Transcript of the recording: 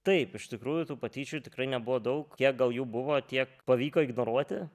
taip iš tikrųjų tų patyčių tikrai nebuvo daug kiek gal jų buvo tiek pavyko ignoruoti